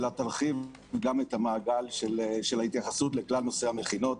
אלא גם תרחיב את המעגל של ההתייחסות לכלל נושא המכינות.